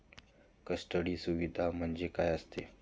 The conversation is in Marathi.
कस्टडी सुविधा म्हणजे काय असतं?